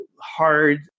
hard